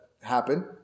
happen